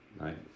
right